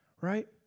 right